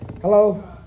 Hello